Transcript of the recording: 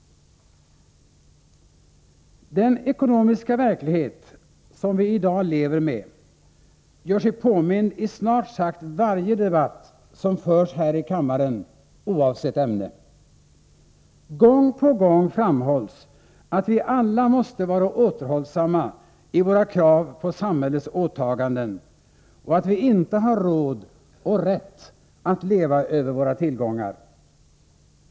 Den ekonomiska verklighet som vi i dag lever med gör sig påmind i snart sagt varje debatt som förs här i kammaren oavsett ämne. Gång på gång framhålls att vi alla måste vara återhållsamma i våra krav på samhällets åtaganden och att vi inte har råd och rätt att leva över våra tillgångar.